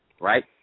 right